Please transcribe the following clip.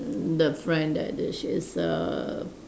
the friend that the she's a